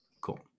Cool